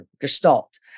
gestalt